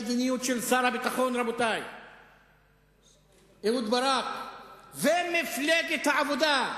המדיניות של שר הביטחון אהוד ברק ומפלגת העבודה.